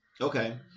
Okay